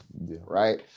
right